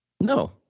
No